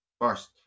first